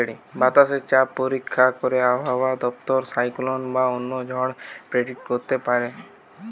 বাতাসে চাপ পরীক্ষা করে আবহাওয়া দপ্তর সাইক্লোন বা অন্য ঝড় প্রেডিক্ট করতে পারতিছে